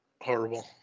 Horrible